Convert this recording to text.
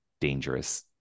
dangerous